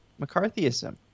McCarthyism